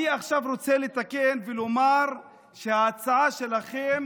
אני עכשיו רוצה לתקן ולומר שההצעה שלכם